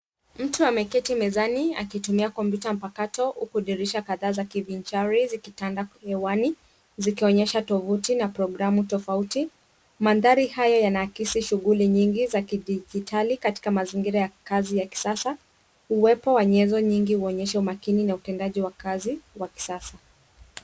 Mtu ameketi mezani akitumia kompyuta mpakato huku dirisha kadhaa za kivinjari zikitanda hewani zikionyesha tovuti na programu tofauti. Mandhari haya yanaakisi shughuli nyingi za kidijitali katika mazingira ya kazi ya kisasa. Uwepo wa nyenzo nyingi huonyesha umakini na utendaji wa kazi ya kisasa.